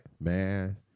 Man